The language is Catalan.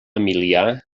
emilià